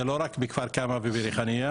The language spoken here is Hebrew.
זה לא רק בכפר כמא ובריחאניה,